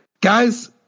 Guys